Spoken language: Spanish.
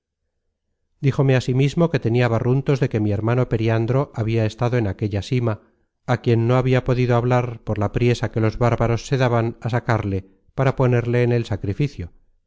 profecía díjome asimismo que tenia barruntos de que mi hermano periandro habia estado en aquella sima á quien no habia podido hablar por la priesa que los bárbaros se daban á sacarle para ponerle en el sacrificio